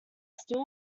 steel